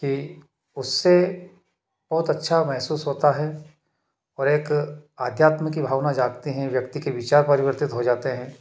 कि उससे बहुत अच्छा महसूस होता है और एक आध्यात्मिक की भावना जागती हैं व्यक्ति के विचार परिवर्तित हो जाते हैं